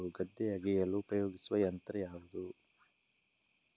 ಗದ್ದೆ ಅಗೆಯಲು ಉಪಯೋಗಿಸುವ ಯಂತ್ರ ಯಾವುದು?